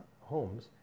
homes